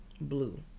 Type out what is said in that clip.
Blue